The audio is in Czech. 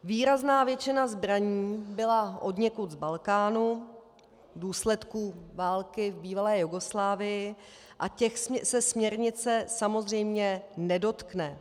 Výrazná většina zbraní byla odněkud z Balkánu v důsledku války v bývalé Jugoslávii, a těch se směrnice samozřejmě nedotkne.